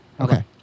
Okay